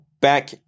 Back